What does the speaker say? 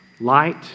light